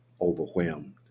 overwhelmed